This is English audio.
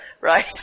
right